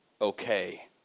okay